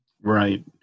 Right